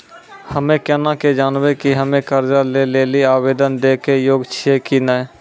हम्मे केना के जानबै कि हम्मे कर्जा लै लेली आवेदन दै के योग्य छियै कि नै?